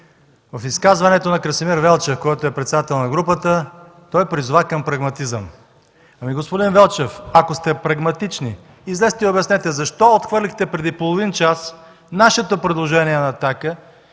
В изказването на Красимир Велчев, който е председател на групата, той призова към прагматизъм. Господин Велчев, ако сте прагматични, излезте и обяснете защо преди половин час отхвърлихте нашето